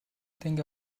think